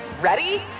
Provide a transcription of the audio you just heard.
Ready